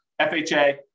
FHA